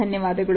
ಧನ್ಯವಾದಗಳು